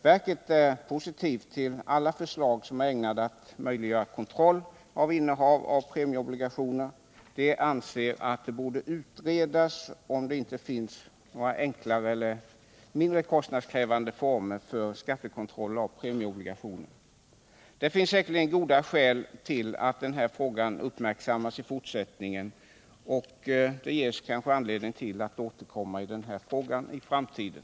Verket är positivt till alla förslag som är ägnade att möjliggöra kontroll av innehav av premieobligationer och anser att det borde utredas om det inte finns enklare och mindre kostnadskrävande former för skattekontroll av premieobligationer. Det finns säkerligen goda skäl till att den här frågan uppmärksammas också i fortsättningen, och det kommer kanske att ges anledning att återkomma till den.